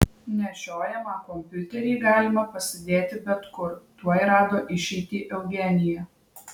nešiojamą kompiuterį galima pasidėti bet kur tuoj rado išeitį eugenija